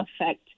affect